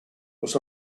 was